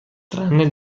tranne